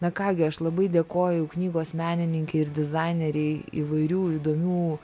na ką gi aš labai dėkoju knygos menininkei ir dizainerei įvairių įdomių